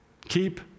Keep